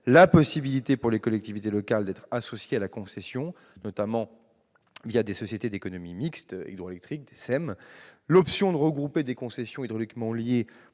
la possibilité, pour les collectivités locales, d'être associées à la concession, notamment des sociétés d'économie mixte hydroélectriques, des SEMH. L'option de regrouper des concessions hydrauliquement liées